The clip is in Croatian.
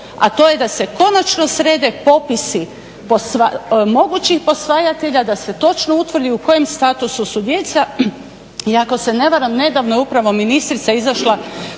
a to je da se konačno srede popisi mogućih posvajatelja, da se točno utvrdi u kojem su statusu djeca. I ako se ne varam nedavno je upravo ministrica izašla